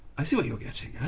i see what you're getting yeah